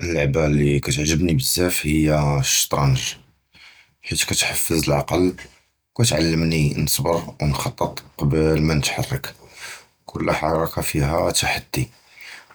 הַלְעַבַּה לִי קִתְעַגְ'בְנִי בְזַאפ הִי הַשַטְרַנג בְחִית קִתְחַפְז הַעַקְל וְקִתְעַלְמִנִי נַצְבַּר וְנַחְטַט בְלַא מַתִתְחַרֵק, כָּל חַרְכָּה פִיהָ תַחְדִי